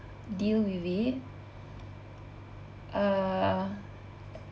deal with it uh